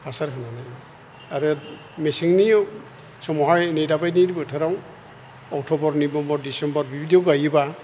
हासार होनानै आरो मेसेंनि समावहाय नै दाबादिनि बोथोराव अक्ट'बर नबेम्बर डिसेम्बर बिदिआव गायोबा